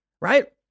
right